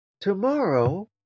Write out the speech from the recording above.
tomorrow